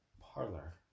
parlor